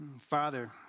Father